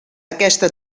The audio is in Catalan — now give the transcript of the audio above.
aquesta